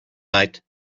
night